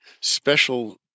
special